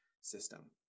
system